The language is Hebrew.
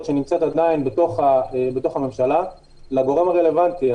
שנמצאת עדיין בתוך הממשלה לגורם הרלוונטי.